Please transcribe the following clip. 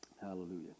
Hallelujah